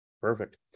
perfect